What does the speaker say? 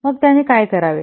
मग त्याने काय करावे